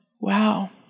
Wow